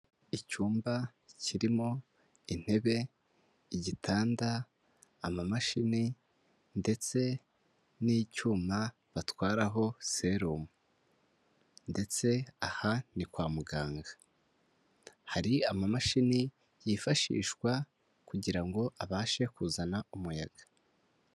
Icyumba kirimo intebe, igitanda, amamashini ndetse n'icyuma batwaraho serumu ndetse aha ni kwa muganga, hari amamashini yifashishwa kugira ngo abashe kuzana umuyaga.